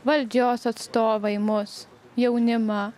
valdžios atstovai mus jaunimą